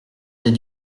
des